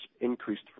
increased